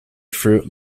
fruit